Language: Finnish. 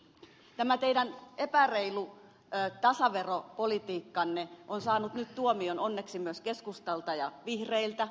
tämä teidän epäreilu tasaveropolitiikkanne on saanut nyt tuomion onneksi myös keskustalta ja vihreiltä